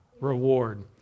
reward